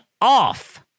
off